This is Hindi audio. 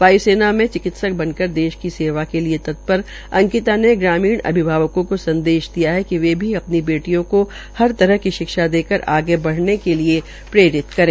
वाय्सेा में चिकित्सक बन कर देश सेवा के लिए तत्पर अंकिता ने ग्रामीण अभिभावकों को संदेश दिया है कि वे अपनी बेटियों को हर तरह की शिक्षा देकर आगे बढ़ने के लिए प्रेरित करें